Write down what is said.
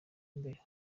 imbere